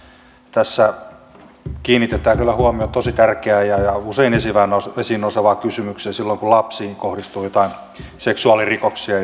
tässä kiinnitetään kyllä huomiota tosi tärkeään ja ja usein esiin nousevaan kysymykseen silloin kun lapsiin kohdistuu joitain seksuaalirikoksia